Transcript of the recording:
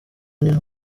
niho